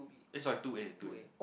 eh sorry two A two A